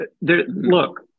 look